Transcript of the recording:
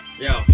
Yo